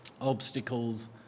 obstacles